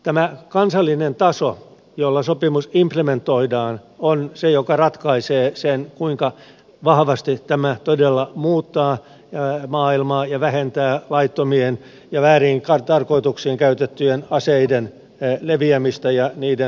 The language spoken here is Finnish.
tämä kansallinen taso jolla sopimus implementoidaan on se joka ratkaisee sen kuinka vahvasti tämä todella muuttaa maailmaa ja vähentää laittomien ja vääriin tarkoituksiin käytettyjen aseiden leviämistä ja niiden määrää